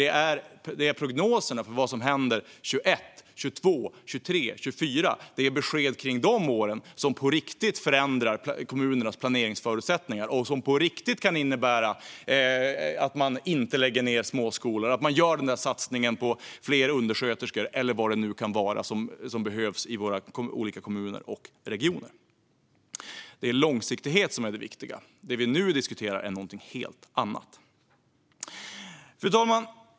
Det är prognoserna för vad som händer 2021, 2022, 2023 och 2024 och besked kring de åren som på riktigt förändrar kommunernas planeringsförutsättningar och på riktigt kan innebära att man inte lägger ned små skolor, att man gör satsningar på fler undersköterskor eller vad det nu kan vara som behövs i våra olika kommuner och regioner. Det är långsiktighet som är det viktiga. Det vi nu diskuterar är någonting helt annat. Fru talman!